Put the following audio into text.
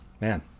man